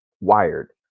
wired